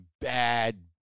bad